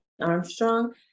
Armstrong